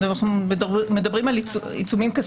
אנחנו גם מדברים על עיצומים כספיים.